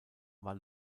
war